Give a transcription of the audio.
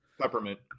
Peppermint